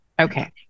okay